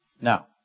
Now